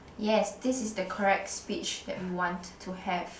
yes this is the correct speech that we want to have